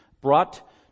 Brought